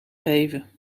geven